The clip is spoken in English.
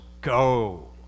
go